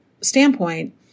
standpoint